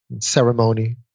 ceremony